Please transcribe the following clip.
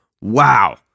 Wow